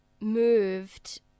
moved